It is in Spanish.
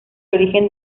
origen